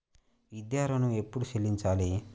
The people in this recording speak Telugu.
విద్యా ఋణం ఎప్పుడెప్పుడు చెల్లించాలి?